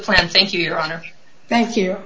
plan thank you your honor thank you